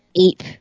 ape